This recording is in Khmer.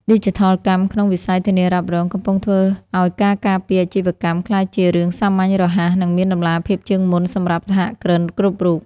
ឌីជីថលកម្មក្នុងវិស័យធានារ៉ាប់រង កំពុងធ្វើឱ្យការការពារអាជីវកម្មក្លាយជារឿងសាមញ្ញ រហ័ស និងមានតម្លាភាពជាងមុនសម្រាប់សហគ្រិនគ្រប់រូប។